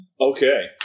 Okay